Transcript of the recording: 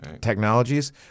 technologies